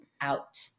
out